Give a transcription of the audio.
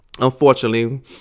Unfortunately